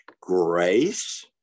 grace